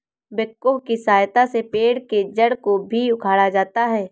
backhoe की सहायता से पेड़ के जड़ को भी उखाड़ा जाता है